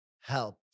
help